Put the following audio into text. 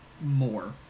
more